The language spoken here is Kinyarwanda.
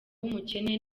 w’umukene